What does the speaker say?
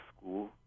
school